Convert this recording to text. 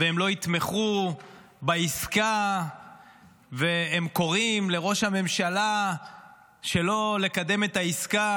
והם לא יתמכו בעסקה והם קוראים לראש הממשלה שלא לקדם את העסקה.